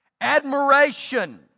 admiration